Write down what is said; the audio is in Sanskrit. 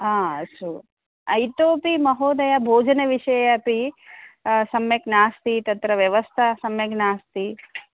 हा अस्तु इतोपि महोदय भोजनविषये अपि सम्यक् नास्ति तत्र व्यवस्था सम्यक् नास्ति